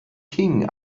king